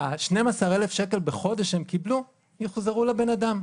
ה-12,000 שקלים בחודש שהם קיבלו יוחזרו לבן אדם.